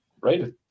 right